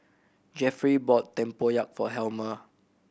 Jefferey bought tempoyak for Helmer